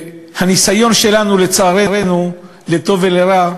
הניסיון שלנו, לצערנו, לטוב ולרע,